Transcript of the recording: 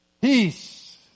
Peace